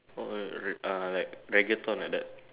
oh r~ uh like Reggaeton like that